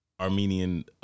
Armenian